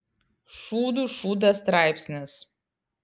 šūdų šūdas straipsnis